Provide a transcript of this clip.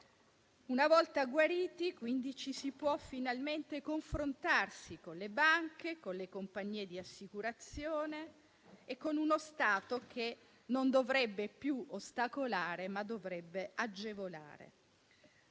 Una volta guariti, ci si può finalmente confrontare con le banche, con le compagnie di assicurazione e con uno Stato che non dovrebbe più ostacolare, ma agevolare.